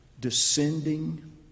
descending